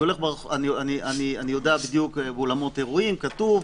אני יודע בדיוק לגבי אולמות אירועים, זה כתוב,